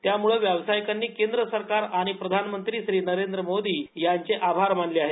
यामुळे व्यावसायिकांनी केंद्र सरकार आणि प्रधानमंत्री श्री नरेंद्र मोदी यांचे आभार मानले आहे